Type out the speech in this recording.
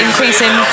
Increasing